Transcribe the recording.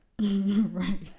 Right